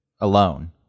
alone